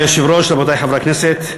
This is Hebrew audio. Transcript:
אדוני היושב-ראש, תודה, רבותי חברי הכנסת,